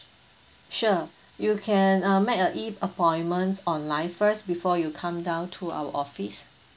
sure you can um make a E appointment online first before you come down to our office